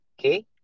okay